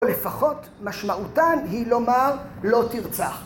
לפחות משמעותן היא לומר לא תרצח.